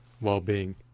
well-being